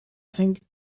think